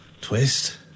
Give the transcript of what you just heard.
twist